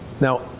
Now